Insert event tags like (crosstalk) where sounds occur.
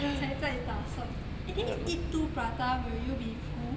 (laughs) 才再打算 eh then you eat two prata will you be full